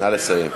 נא לסיים.